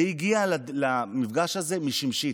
היא הגיעה למפגש הזה משמשית.